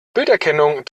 bilderkennung